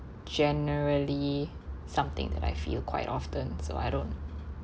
generally something that I feel quite often so I don't